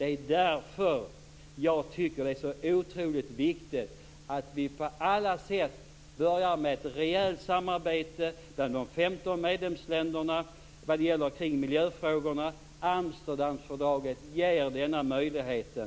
Det är därför jag tycker att det är så otroligt viktigt att vi på alla sätt börjar med ett rejält samarbete mellan de 15 medlemsländerna kring miljöfrågorna. Amsterdamfördraget ger denna möjlighet.